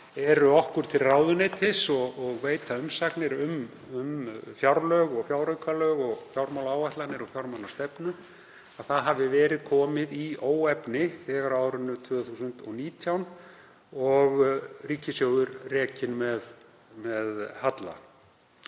eru okkur til ráðuneytis og veita umsagnir um fjárlög og fjáraukalög og fjármálaáætlanir og fjármálastefnu, að það hafi verið komið í óefni þegar á árinu 2019 og ríkissjóður rekinn með halla.